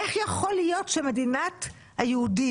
איך יכול להיות שמדינת היהודים,